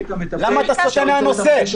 למה אתה סוטה מן הנושא?